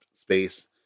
space